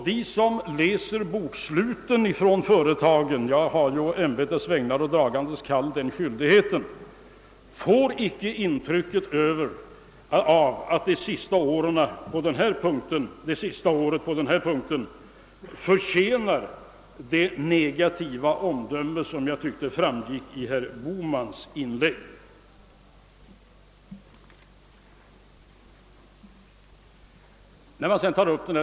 De som studerar företagens bokslut — jag har ju å dragande kall och ämbetets vägnar den skyldigheten — får icke intryck av att det senaste årets utveckling på denna punkt förtjänar det negativa omdöme som jag tycker herr Bohman gav i sitt inlägg.